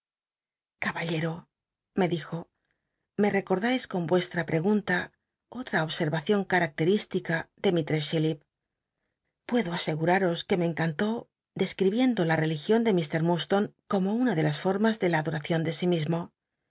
caballel'o me dijo me recordais con yucstl'a pregunta otm obscrvacion caractcl'islica de misttcss chillip puedo aseglii'aros que me encantó descri biendo la rcl igion de mr urdsto'ne como una de las formas de la adotacion de si mismo